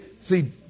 see